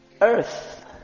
Earth